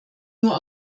nur